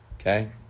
Okay